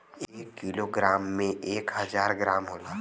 एक kilogram में एक हजार ग्राम होला